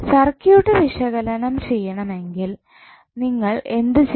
circuit വിശകലനം ചെയ്യണമെങ്കിൽ നിങ്ങൾ എന്തു ചെയ്യും